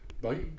Bye